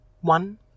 one